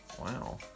wow